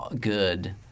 good—